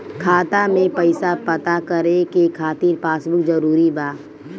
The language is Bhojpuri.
खाता में पईसा पता करे के खातिर पासबुक जरूरी बा?